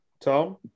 Tom